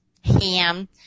ham